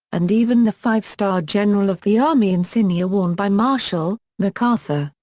and even the five star general of the army insignia worn by marshall, macarthur,